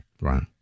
Right